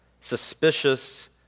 suspicious